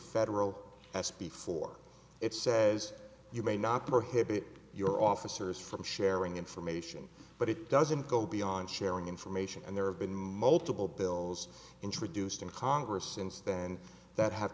federal as before it says you may not prohibit your officers from sharing information but it doesn't go beyond sharing information and there have been multiple bills introduced in congress since then that have